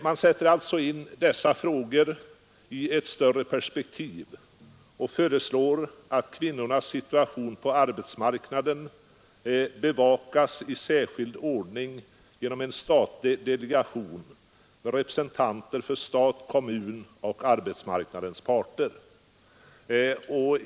Man sätter alltså in dessa frågor i ett större perspektiv och föreslår att kvinnornas situation på arbetsmarknaden bevakas i särskild ordning inom en statlig delegation med representanter för stat, kommun och arbetsmarknadens parter.